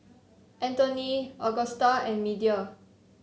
Anthoney Augusta and Media